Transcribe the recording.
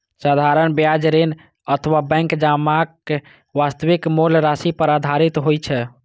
साधारण ब्याज ऋण अथवा बैंक जमाक वास्तविक मूल राशि पर आधारित होइ छै